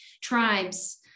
tribes